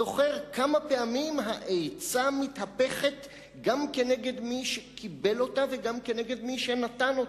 זוכר כמה פעמים העצה מתהפכת גם נגד מי שקיבל אותה וגם נגד מי שנתן אותה.